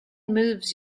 moves